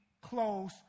close